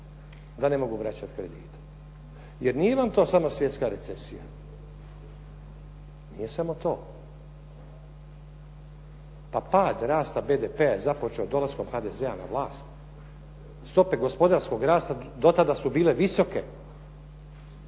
da ne mogu vraćati kredite. Jer nije vam to samo svjetska recesija. Nije samo to. Pa pad rasta BDP-a je započeo dolaskom HDZ-a na vlast. Stope gospodarskog rasta do tada su bile visoke.